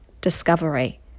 discovery